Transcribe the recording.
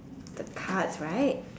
the cards right